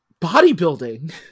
Bodybuilding